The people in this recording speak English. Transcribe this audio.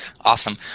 Awesome